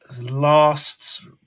last